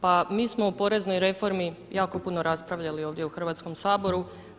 Pa mi smo u poreznoj reformi jako puno raspravljali ovdje u Hrvatskom saboru.